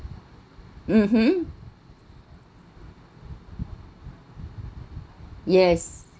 mmhmm yes